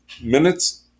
minutes